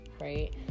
Right